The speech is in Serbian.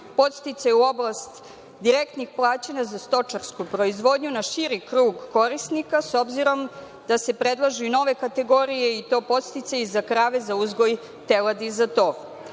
podsticaja u oblasti direktnih plaćanja za stočarsku proizvodnju na širi krug korisnika, s obzirom da se predlažu i nove kategorije i to podsticaji za krave i za uzgoj teladi za